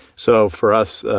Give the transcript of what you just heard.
so for us,